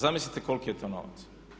Zamislite koliki je to novac.